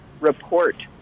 report